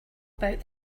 about